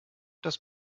das